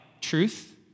truth